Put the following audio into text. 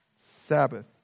Sabbath